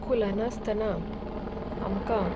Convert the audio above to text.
स्कुलांत आसतना आमकां